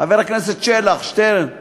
חבר הכנסת שלח, שטרן מפקדי,